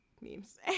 memes